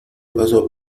paso